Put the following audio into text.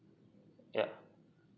yup